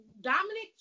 Dominic